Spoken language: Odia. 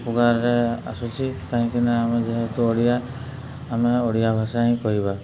ଉପକାରରେ ଆସୁଛି କାହିଁକି ନା ଆମେ ଯେହେତୁ ଓଡ଼ିଆ ଆମେ ଓଡ଼ିଆ ଭାଷା ହିଁ କହିବା